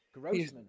Grossman